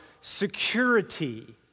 security